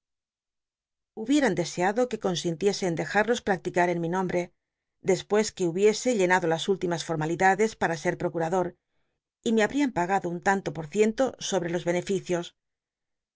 hubieran deseado que consintiese en dejarlos practica t en mi nombre dcspucs que hubiese llenado las últilljas fotma lidades para ser procurador y me habtian pagado un tan to pot ciento sobtc los beneficios